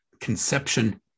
conception